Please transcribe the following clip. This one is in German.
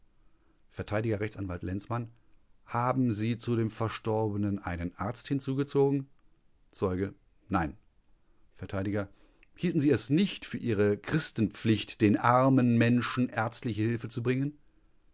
r a lenzmann haben sie zu dem verstorbenen einen arzt hinzugezogen zeuge nein vert hielten sie es nicht für ihre christenpflicht dem armen menschen ärztliche hilfe zu bringen